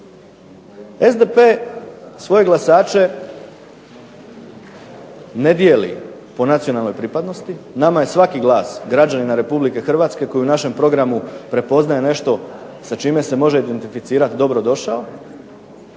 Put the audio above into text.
SDP svoje glasače ne dijeli po nacionalnoj pripadnosti, nama je svaki glas građanina Republike Hrvatske koji u našem programu prepoznaje nešto sa čime se može identificirati dobrodošao